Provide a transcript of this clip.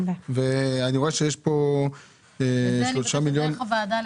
אני מבקשת לקבל את זה דרך הוועדה.